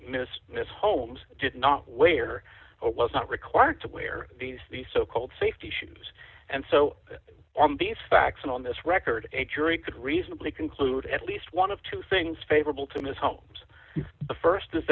miss miss holmes did not wear or was not required to wear these these so called safety shoes and so on these facts and on this record a jury could reasonably conclude at least one of two things favorable to ms holmes the st is